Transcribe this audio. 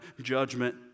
judgment